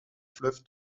fleuve